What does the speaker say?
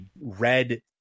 red